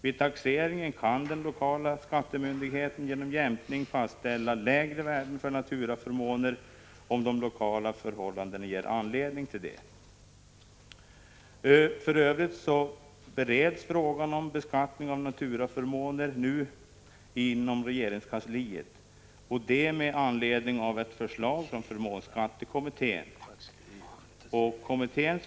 Vid taxeringen kan den lokala skattemyndigheten genom jämkning fastställa lägre värden för naturaförmåner om de lokala förhållandena ger anledning till detta. Frågan om beskattning av naturaförmåner bereds för närvarande inom regeringskansliet, och detta görs med anledning av ett förslag från förmånsskattekommittén.